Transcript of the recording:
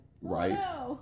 Right